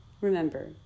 Remember